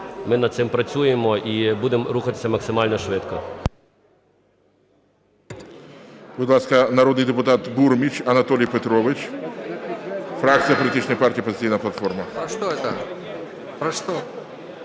Ми над цим працюємо і будемо рухатися максимально швидко.